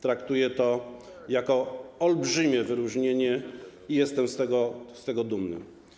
Traktuję to jako olbrzymie wyróżnienie i jestem z tego dumny.